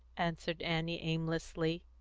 answered annie aimlessly,